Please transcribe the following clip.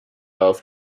auf